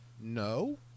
No